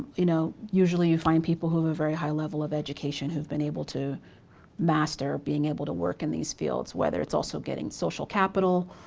you know usually you find people who very high level of education, who've been able to master being able to work in these fields whether it's also getting social capital.